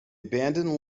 abandoned